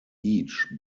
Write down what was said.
each